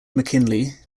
mckinley